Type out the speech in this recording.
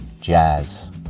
jazz